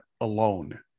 alone